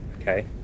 Okay